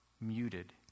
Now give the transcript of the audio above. muted